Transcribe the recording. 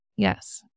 Yes